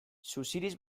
suziriz